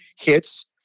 hits